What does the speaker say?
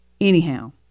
Anyhow